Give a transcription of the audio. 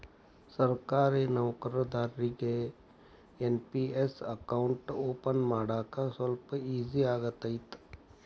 ಸರ್ಕಾರಿ ನೌಕರದಾರಿಗಿ NPS account open ಮಾಡಾಕ ಸ್ವಲ್ಪ ಈಜಿ ಆಗತೈತ